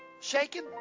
shaking